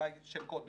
אליי זה שם קוד.